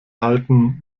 halten